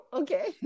okay